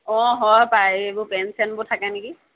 অঁ হয় হপায় এইবোৰ পেন চেনবোৰ থাকে নেকি